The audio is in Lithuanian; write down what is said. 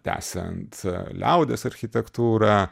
tęsiant liaudies architektūrą